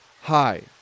Hi